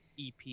ep